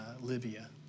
Libya